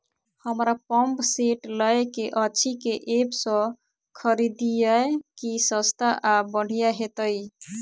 हमरा pump set लय केँ अछि केँ ऐप सँ खरिदियै की सस्ता आ बढ़िया हेतइ?